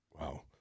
Wow